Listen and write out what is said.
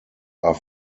are